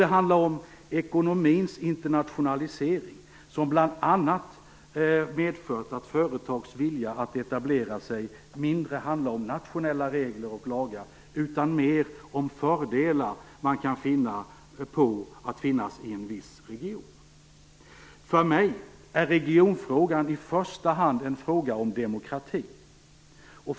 Det handlar om ekonomins internationalisering som bl.a. har medfört att företags vilja att etablera sig mindre handlar om nationella regler och lagar och mer om de fördelar man kan hitta med att finnas i en viss region. För mig är regionfrågan i första hand en fråga om demokrati.